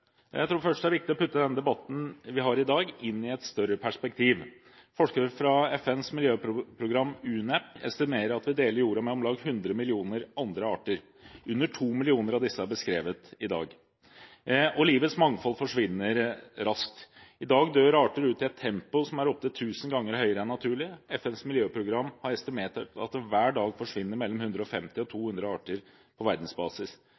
Jeg tror først det er viktig å sette den debatten vi har i dag, inn i et større perspektiv. Forskere fra FNs miljøprogram, UNEP, estimerer at vi deler jorda med om lag 100 millioner andre arter. Under 2 millioner av disse er beskrevet i dag. Og livets mangfold forsvinner raskt. I dag dør arter ut i et tempo som er opptil 1 000 ganger høyere enn naturlig. FNs miljøprogram har estimert at det hver dag forsvinner mellom 150 og 200 arter på verdensbasis.